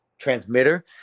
transmitter